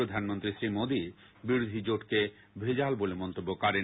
প্রধানমন্ত্রী শ্রী মোদী বিরোধী জোটকে ভেজাল বলে মন্তব্য করেন